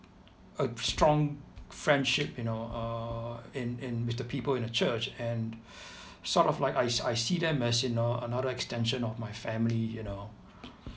a strong friendship you know err in in with the people in the church and sort of like I s~ I see them as you know another extension of my family you know